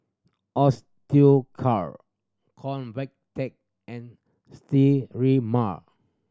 Osteocare Convatec and Sterimar